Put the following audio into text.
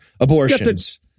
abortions